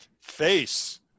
Face